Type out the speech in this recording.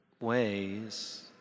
ways